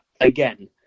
again